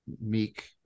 Meek